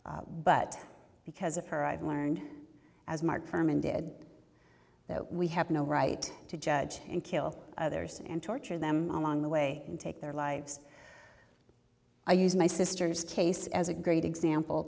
but because of her i've learned as marc perman did we have no right to judge and kill others and torture them along the way and take their lives i use my sister's case as a great example